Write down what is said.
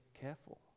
careful